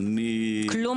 כלום?